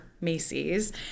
Macy's